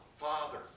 father